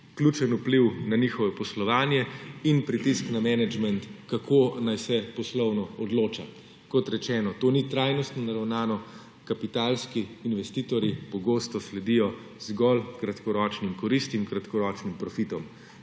ključen vpliv na njihovo poslovanje in pritisk na menedžment, kako naj se poslovno odloča. Kot rečeno, to ni trajnostno naravnano, kapitalski investitorji pogosto sledijo zgolj kratkoročnim koristim, kratkoročnim profitom,